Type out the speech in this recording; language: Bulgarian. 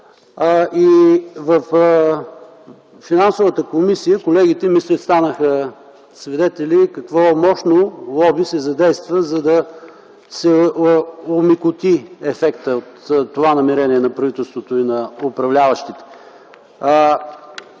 и финанси мисля, че колегите станаха свидетели какво мощно лоби се задейства, за да се омекоти ефектът от това намерение на правителството и на управляващите.